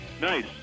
Nice